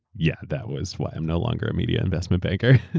yeah that was why i'm no longer a media investment banker. yeah,